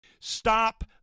Stop